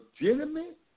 legitimate